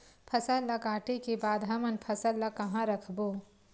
फसल ला काटे के बाद हमन फसल ल कहां रखबो?